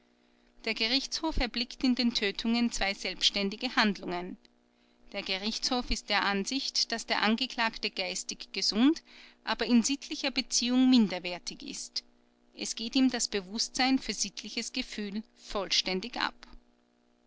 der gerichtshof erblickt in den tötungen zwei selbständige handlungen der gerichtshof ist der ansicht daß der angeklagte geistig gesund aber in sittlicher beziehung minderwertig ist es geht ihm das bewußtsein für sittliches gefühl vollständig ab